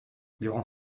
durant